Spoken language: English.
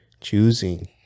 choosing